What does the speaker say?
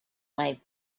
might